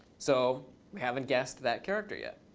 so we haven't guessed that character yet.